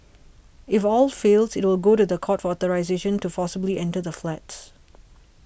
if all fails it will go to the court for authorisation to forcibly enter the flats